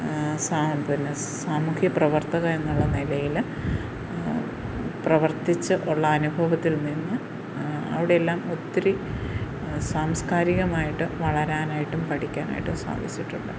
സാന്ത്വന സാമൂഹ്യ പ്രവത്തക എന്നുള്ള നിലയിൽ പ്രവർത്തിച്ച് ഉള്ള അനുഭവത്തിൽ നിന്ന് അവിടെയെല്ലാം ഒത്തിരി സാംസ്കാരികമായിട്ട് വളരാനായിട്ടും പഠിക്കാനായിട്ടും സാധിച്ചിട്ടുണ്ട്